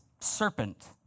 serpent